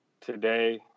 Today